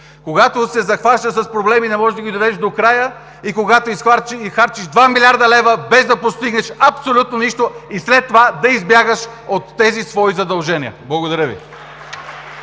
когато се захващаш с проблеми и не можеш да ги доведеш до края; когато изхарчиш 2 млрд. лв., без да постигнеш абсолютно нищо, и след това да избягаш от тези свои задължения. Благодаря Ви.